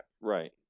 right